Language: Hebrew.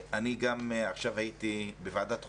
הייתי עכשיו בוועדת חוקה,